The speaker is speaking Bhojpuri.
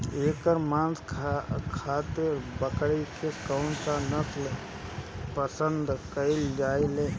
एकर मांस खातिर बकरी के कौन नस्ल पसंद कईल जाले?